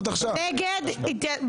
נגד,